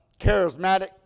charismatic